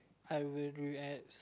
I will